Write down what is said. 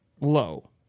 low